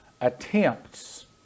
attempts